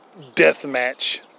deathmatch